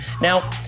Now